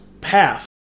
path